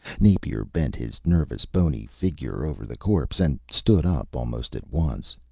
napier bent his nervous, bony figure over the corpse, and stood up almost at once.